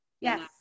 yes